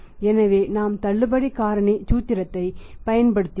எனவே நாம் தள்ளுபடி காரணி சூத்திரத்தைப் பயன்படுத்தினோம்